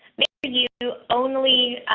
maybe you only a